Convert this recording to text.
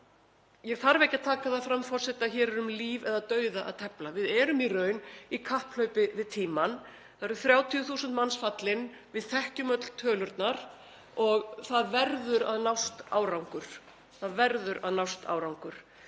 Ég þarf ekki að taka það fram, forseti, að hér er um líf eða dauða að tefla. Við erum í raun í kapphlaupi við tímann. Það eru 30.000 manns fallin, við þekkjum öll tölurnar, og það verður að nást árangur.